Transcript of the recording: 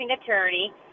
attorney